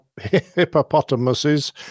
hippopotamuses